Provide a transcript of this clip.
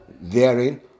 therein